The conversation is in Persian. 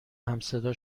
همصدا